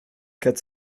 quatre